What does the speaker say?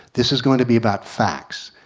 this is going to be about facts.